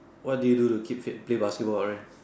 what do you do to keep fit play basketball right